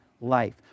life